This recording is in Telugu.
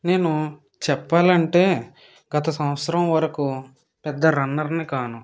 నేను చెప్పాలంటే గత సంవత్సరం వరకు పెద్ద రన్నర్ని కాను